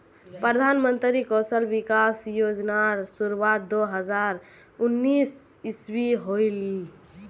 प्रधानमंत्री कौशल विकाश योज्नार शुरुआत दो हज़ार उन्नीस इस्वित होहिल